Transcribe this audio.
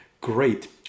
Great